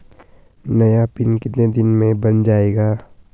नया पिन कितने दिन में बन जायेगा?